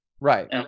Right